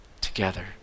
together